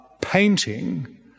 painting